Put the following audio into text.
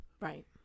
Right